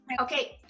Okay